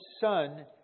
Son